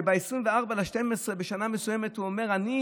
שב-24 בדצמבר בשנה מסוימת הוא אמר: אני